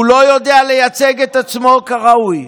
והוא לא יודע לייצג את עצמו כראוי,